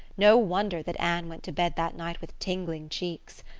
no wonder that anne went to bed that night with tingling cheeks!